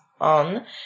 on